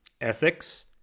ethics